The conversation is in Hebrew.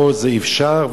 פה זה אפשר,